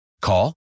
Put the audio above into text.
Call